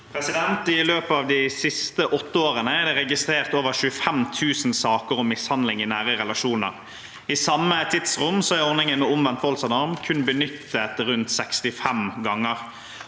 I løpet av de siste åtte årene er det registrert over 25 000 saker om mishandling i nære relasjoner. I samme tidsrom er ordningen med omvendt voldsalarm kun benyttet rundt 65 ganger.